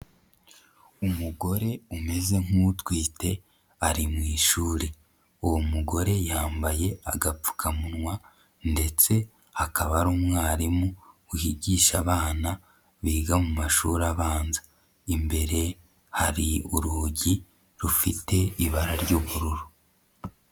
Umugore umeze nk'utwite ari mu ishuri, uwo mugore yambaye agapfukamunwa ndetse akaba ari umwarimu wigisha abana biga mu mashuri abanza, imbere hari urugi rufite ibara ry'ubururu.